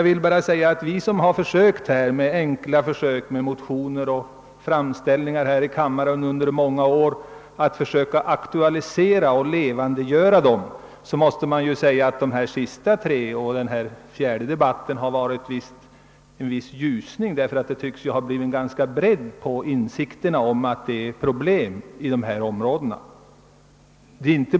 Vi som i all enkelhet har försökt att genom motionsvis gjorda framställningar här i kammaren under många år aktualisera och levandegöra dessa problem måste säga, att de tre föregående debatterna och denna fjärde debatt inneburit en viss ljusning. Insikten om att det verkligen finns problem i dessa områden har nämligen börjat breda ut sig.